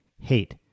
Hate